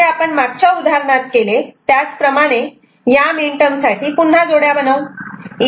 तर जसे आपण मागच्या उदाहरणात केले त्याचप्रमाणे या मिनटर्म साठी पुन्हा जोड्या बनवू